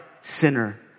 sinner